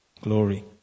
Glory